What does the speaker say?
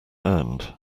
earned